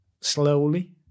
slowly